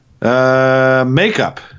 Makeup